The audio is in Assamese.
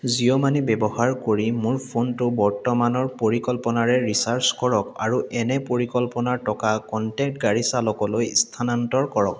জিঅ' মানি ব্যৱহাৰ কৰি মোৰ ফোনটো বৰ্তমানৰ পৰিকল্পনাৰে ৰিচাৰ্জ কৰক আৰু এনে পৰিকল্পনাৰ টকা কনটেক্ট গাড়ী চালকলৈ ইস্থানান্তৰ কৰক